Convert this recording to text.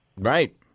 Right